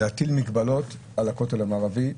להטיל מגבלות על הכותל המערבי,